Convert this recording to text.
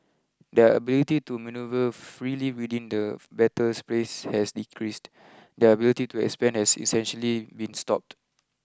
their ability to manoeuvre freely within the battle space has decreased their ability to expand has essentially been stopped